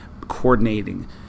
coordinating